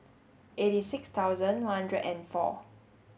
eighty six thousand one hundred and four